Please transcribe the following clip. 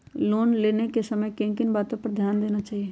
Loan लेने के समय किन किन वातो पर ध्यान देना चाहिए?